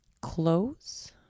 Close